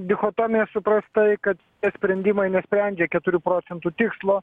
dichotomija suprastai kad tie sprendimai nesprendžia keturių procentų tikslo